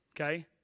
okay